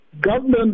government